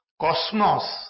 cosmos